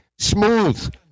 Smooth